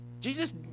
Jesus